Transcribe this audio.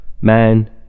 man